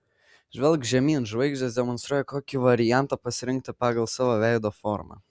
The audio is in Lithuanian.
žvelk žemyn žvaigždės demonstruoja kokį variantą pasirinkti pagal savo veido formą